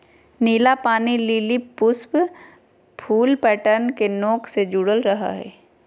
नीला पानी लिली फूल पुष्प पैटर्न के नोक से जुडल रहा हइ